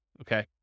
okay